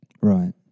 right